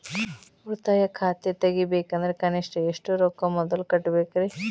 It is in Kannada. ಉಳಿತಾಯ ಖಾತೆ ತೆಗಿಬೇಕಂದ್ರ ಕನಿಷ್ಟ ಎಷ್ಟು ರೊಕ್ಕ ಮೊದಲ ಕಟ್ಟಬೇಕ್ರಿ?